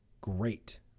great